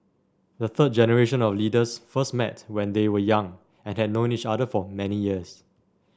the third generation of leaders first met when they were young and had known each other for many years